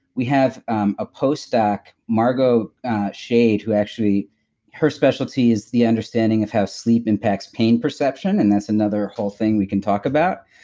we have um a postdoc, margeaux schade, who actually her specialty is the understanding of how sleep impacts pain perception, and that's another whole thing we can talk about.